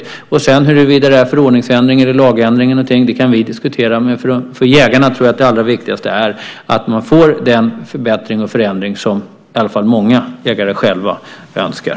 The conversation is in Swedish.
Sedan kan vi diskutera huruvida det ska vara en förordningsändring eller en lagändring. Jag tror att det allra viktigaste för jägarna är att man får den förbättring och förändring som många jägare själva önskar.